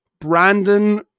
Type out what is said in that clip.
Brandon